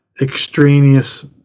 extraneous